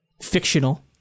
fictional